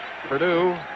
Purdue